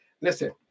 listen